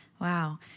Wow